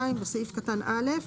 בסעיף קטן (א),